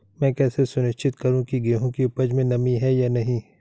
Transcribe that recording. मैं कैसे सुनिश्चित करूँ की गेहूँ की उपज में नमी है या नहीं?